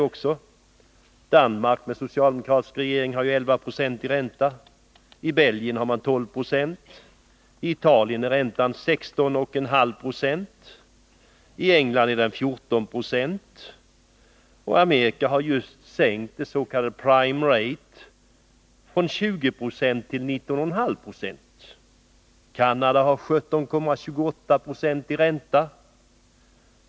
I exempelvis Danmark, som har en socialdemokratisk regering, ligger räntan på 11 96, i Belgien på 12 96, i Italien på 16,5 96 och i England på 14 96. Amerika har just sänkt det s.k. prime rate från 20 till 19,5 20. Canada slutligen har 17,28 Z i ränta.